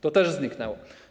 To też zniknęło.